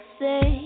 say